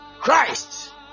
Christ